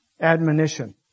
admonition